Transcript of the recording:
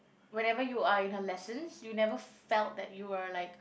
whenever you are in her lessons you never felt that you were like